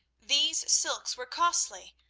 these silks were costly,